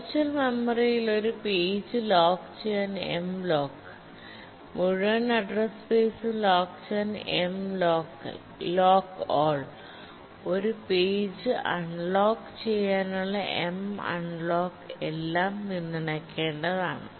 virtual മെമ്മറിയിൽ ഒരു page lock ചെയ്യാൻ Mlock മുഴുവൻ അഡ്രസ് സ്പേസും ലോക്കുചെയ്യാൻ Mlockall ഒരു പേജ് അൺലോക്കു ചെയ്യാനുള്ള Munlock എല്ലാം പിന്തുണയ്ക്കേണ്ടതാണ്